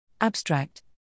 Abstract